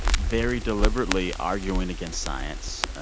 very deliberately arguing against science.